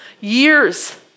Years